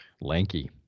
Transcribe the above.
Lanky